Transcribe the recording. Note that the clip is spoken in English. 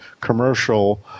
commercial